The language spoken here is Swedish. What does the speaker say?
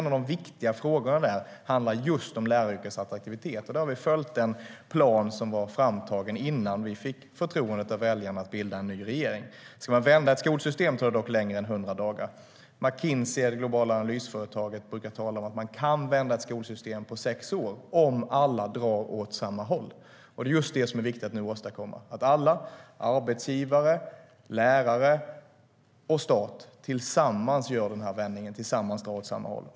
En av de viktiga frågorna där handlar just om läraryrkets attraktivitet, och vi har följt den plan som var framtagen innan vi fick förtroendet av väljarna att bilda en ny regering. Ska man vända ett skolsystem tar det dock längre än 100 dagar. Det globala analysföretaget McKinsey brukar tala om att man kan vända ett skolsystem på sex år - om alla drar åt samma håll. Det är just det som är viktigt att åstadkomma, det vill säga att arbetsgivare, lärare och stat tillsammans gör vändningen och drar åt samma håll.